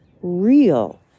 real